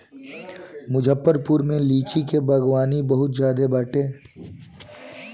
मुजफ्फरपुर में लीची के बगानी बहुते ज्यादे बाटे